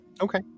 Okay